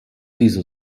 diese